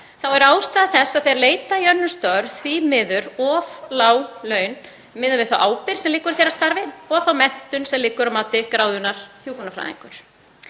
er ástæða þess að þeir leita í önnur störf því miður of lág laun miðað við þá ábyrgð sem liggur í þeirra starfi og þá menntun sem liggur að baki gráðunni hjúkrunarfræðingur.